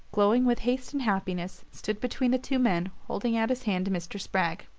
glowing with haste and happiness, stood between the two men, holding out his hand to mr. spragg.